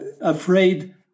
afraid